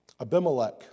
Abimelech